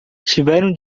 tiveram